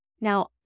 Now